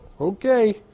Okay